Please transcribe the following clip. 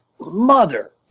mother